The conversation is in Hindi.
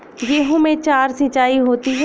गेहूं में चार सिचाई होती हैं